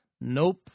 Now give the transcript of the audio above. Nope